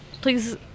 Please